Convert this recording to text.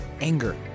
anger